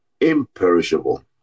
imperishable